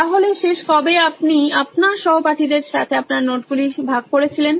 তাহলে শেষ কবে আপনি আপনার সহপাঠীদের সাথে আপনার নোটগুলি ভাগ করেছিলেন